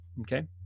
Okay